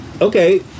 Okay